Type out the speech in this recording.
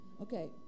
Okay